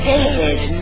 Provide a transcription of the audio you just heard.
David